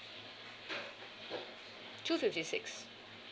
two fifty six